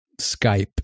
Skype